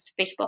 Facebook